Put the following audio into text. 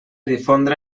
difondre